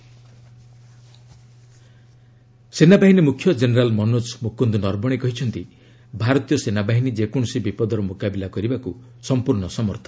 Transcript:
Naravane army day ସେନାବାହିନୀ ମୁଖ୍ୟ general Manoj Mukund Naravane କହିଛନ୍ତି ଭାରତୀୟ ସେନାବାହିନୀ ଯେକୌଣସି ବିପଦର ମୁକାବିଲା କରିବାକୁ ସମ୍ପର୍ଶ୍ଣ ସମର୍ଥ